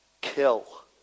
kill